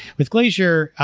with glacier,